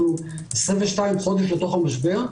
אנחנו 22 חודשים בתוך המשבר,